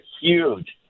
huge